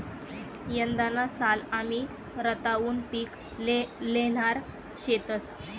यंदाना साल आमी रताउनं पिक ल्हेणार शेतंस